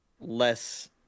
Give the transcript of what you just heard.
less